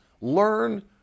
Learn